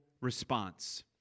response